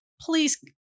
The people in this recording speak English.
Please